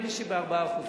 בכמה אחוז, נדמה לי שב-4%.